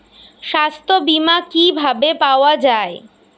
সাস্থ্য বিমা কি ভাবে পাওয়া যায়?